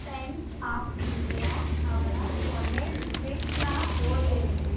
times of India ಅವರ ಕೊನೆ ಟ್ವಿಟ್ನ ಓದಿ ಏಳು